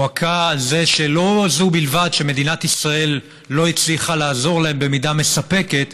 מועקה על זה שלא זו בלבד שמדינת ישראל לא הצליחה לעזור להם במידה מספקת,